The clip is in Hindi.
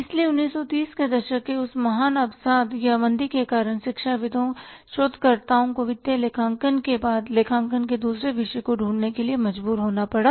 इसलिए 1930 के दशक के उस महान अवसाद या मंदी के कारण शिक्षाविदों शोधकर्ताओं को वित्तीय लेखांकन के बाद लेखांकन के दूसरे विषय को ढूंढने के लिए मजबूर होना पड़ा